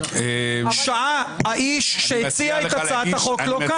כבר שעה האיש שהציע את הצעת החוק לא כאן.